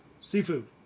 Seafood